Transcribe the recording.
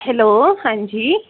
hello ਹਾਂਜੀ